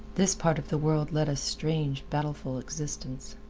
this part of the world led a strange, battleful existence.